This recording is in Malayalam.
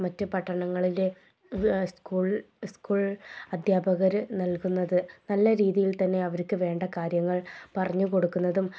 മറ്റു പട്ടണങ്ങളിലെ സ്കൂൾ സ്കൂൾ അധ്യാപകർ നൽകുന്നത് നല്ല രീതിയിൽ തന്നെ അവർക്ക് വേണ്ട കാര്യങ്ങൾ പറഞ്ഞുകൊടുക്കുന്നതും